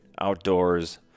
Outdoors